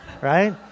Right